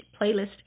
playlist